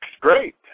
great